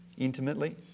intimately